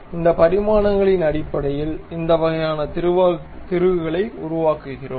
அந்த பரிமாணங்களின் அடிப்படையில் இந்த வகையான திருகுகளை உருவாக்குகிறோம்